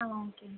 ஆ okay